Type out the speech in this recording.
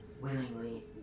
willingly